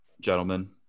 gentlemen